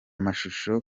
mashusho